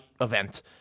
event